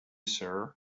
sir